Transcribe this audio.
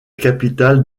capitale